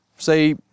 say